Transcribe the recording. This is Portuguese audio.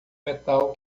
metal